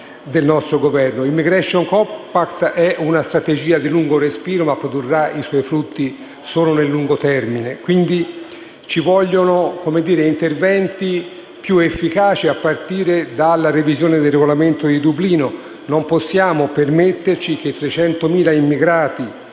Il Migration compact è una strategia di largo respiro, ma produrrà i suoi frutti solo nel lungo periodo. Quindi, ci vogliono interventi più efficaci a partire dalla revisione del Regolamento di Dublino. Non possiamo permetterci che 600.000 immigrati,